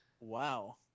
Wow